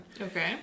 Okay